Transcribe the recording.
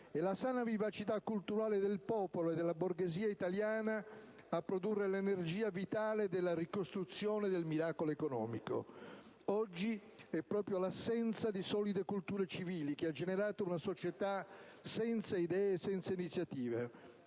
e la sana vivacità culturale del popolo e della borghesia italiana a produrre l'energia vitale della ricostruzione e del miracolo economico. Oggi è proprio l'assenza di solide culture civili che ha generato una società senza idee e senza iniziative,